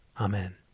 Amen